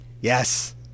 Yes